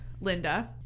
Linda